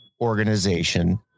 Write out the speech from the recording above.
organization